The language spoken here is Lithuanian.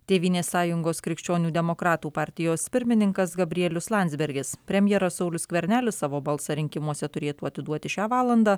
tėvynės sąjungos krikščionių demokratų partijos pirmininkas gabrielius landsbergis premjeras saulius skvernelis savo balsą rinkimuose turėtų atiduoti šią valandą